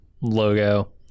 logo